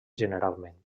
generalment